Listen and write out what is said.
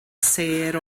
sêr